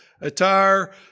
attire